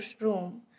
room